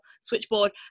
Switchboard